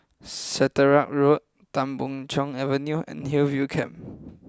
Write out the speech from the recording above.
Caterick Road Tan Boon Chong Avenue and Hillview Camp